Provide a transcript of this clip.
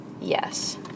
Yes